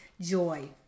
joy